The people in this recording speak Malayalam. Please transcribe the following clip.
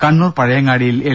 കണ്ണൂർ പഴയങ്ങാടിയിൽ എൽ